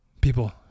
people